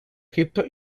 egipto